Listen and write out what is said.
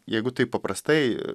jeigu taip paprastai